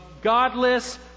godless